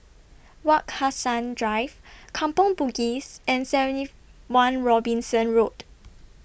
Wak Hassan Drive Kampong Bugis and seventy one Robinson Road